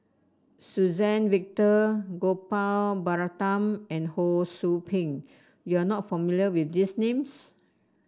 Suzann Victor Gopal Baratham and Ho Sou Ping you are not familiar with these names